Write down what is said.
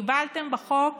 הגבלתם בחוק